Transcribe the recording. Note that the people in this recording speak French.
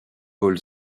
paul